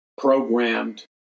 programmed